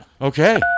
Okay